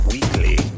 Weekly